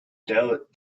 doubt